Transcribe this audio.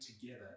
together